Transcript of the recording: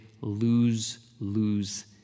lose-lose